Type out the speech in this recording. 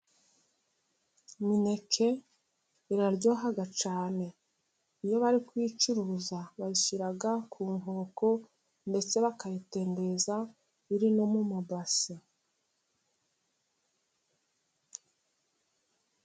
Imineke iraryoha cyane, iyo bari kuyicuruza bayishyira ku nkoko, ndetse bakayitembereza iri no mu ma base.